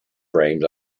frames